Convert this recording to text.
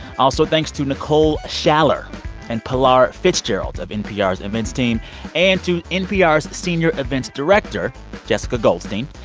also, thanks to nicole schaller and pilar fitzgerald of npr's events team and to npr's senior events director jessica goldstein.